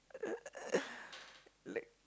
like